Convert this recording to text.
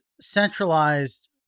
centralized